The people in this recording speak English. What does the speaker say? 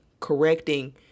Correcting